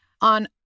On